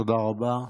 תודה רבה.